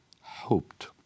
hoped